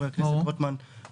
חבר הכנסת רוטמן,